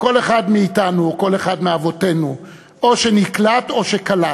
וכל אחד מאתנו או כל אחד מאבותינו או נקלט או קלט,